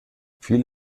fiel